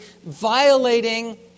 violating